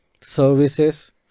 services